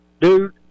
Dude